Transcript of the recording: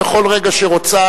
בכל רגע שרוצה,